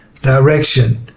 direction